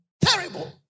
Terrible